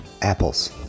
apples